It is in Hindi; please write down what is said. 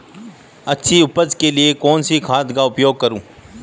अच्छी उपज के लिए कौनसी खाद का उपयोग करूं?